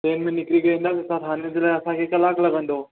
train में निकिरी वेंदासीं हितां थाने जिला असांखे कलाकु लॻंदो